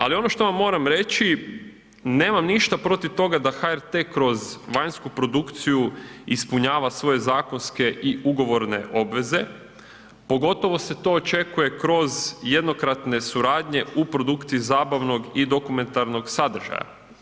Ali ono što vam moram reći, nemam ništa protiv toga da HRT kroz vanjsku produkciju ispunjava svoje zakonske i ugovorne obveze, pogotovo se to očekuje kroz jednokratne suradnje u produkciji zabavnog i dokumentarnog sadržaja.